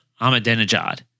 Ahmadinejad